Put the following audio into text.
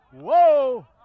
whoa